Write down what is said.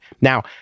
Now